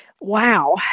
Wow